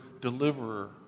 deliverer